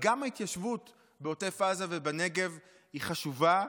גם ההתיישבות בעוטף עזה ובנגב היא חשובה,